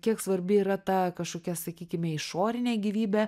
kiek svarbi yra ta kažkokia sakykime išorinė gyvybė